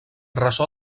ressò